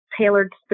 tailored